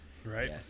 Right